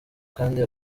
kandi